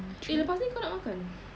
eh lepas ni kau nak makan